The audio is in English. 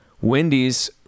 wendy's